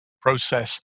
process